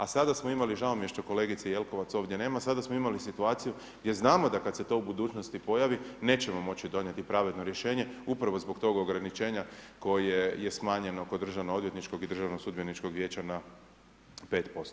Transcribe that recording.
A sada smo imali, žao mi je što kolegice Jelkovac ovdje nema, sada smo imali situaciju jer znamo da kad se to u budućnosti pojavi, nećemo moći donijeti pravedno rješenje upravo zbog tog ograničenja koje je smanjeno kod državno odvjetničkog i državnog sudbeničkog vijeća na 5%